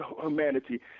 humanity